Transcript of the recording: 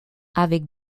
avec